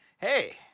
hey